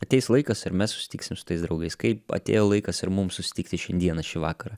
ateis laikas ir mes susitiksim su tais draugais kaip atėjo laikas ir mums susitikti šiandien šį vakarą